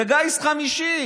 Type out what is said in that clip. זה גיס חמישי.